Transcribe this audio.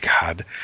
God